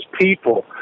people